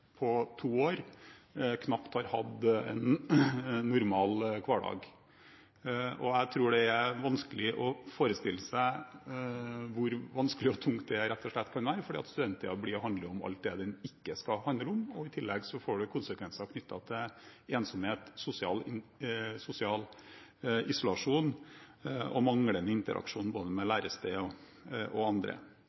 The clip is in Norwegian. på to år knapt har hatt en normal hverdag. Jeg tror det er vanskelig å forestille seg hvor vanskelig og tungt det kan være, for studenttiden handler da om alt det den ikke skal handle om, og i tillegg får man konsekvenser knyttet til ensomhet, sosial isolasjon og manglende interaksjon med både lærestedet og andre. Vi har tatt tak i dette med ganske omfattende krisepakker til studentene og